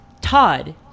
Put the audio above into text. Todd